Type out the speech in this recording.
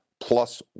plus